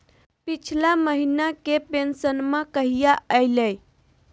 पिछला महीना के पेंसनमा कहिया आइले?